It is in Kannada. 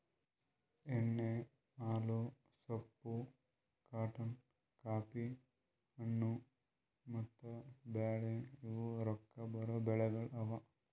ಎಣ್ಣಿ, ಹಾಲು, ಸೋಪ್, ಕಾಟನ್, ಕಾಫಿ, ಹಣ್ಣು, ಮತ್ತ ಬ್ಯಾಳಿ ಇವು ರೊಕ್ಕಾ ಬರೋ ಬೆಳಿಗೊಳ್ ಅವಾ